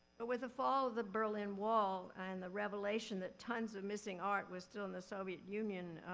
but with the fall of the berlin wall and the revelation that tons of missing art was still in the soviet union